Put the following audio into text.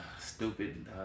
stupid